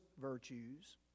virtues